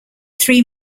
three